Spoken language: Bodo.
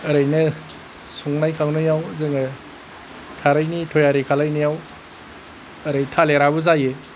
ओरैनो संनाय खावनायाव जोङो खारैनि थैयारि खालायनायाव ओरै थालिराबो जायो